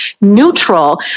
neutral